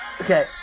Okay